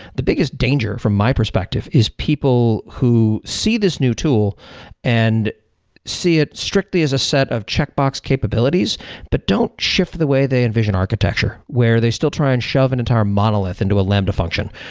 the biggest danger from my perspective is people who see this new tool and see it strictly as a set of checkbox capabilities but don't shift the way they envision architecture, where they still try and shove an and entire monolith into a lambda function.